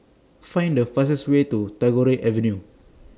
Find The fastest Way to Tagore Avenue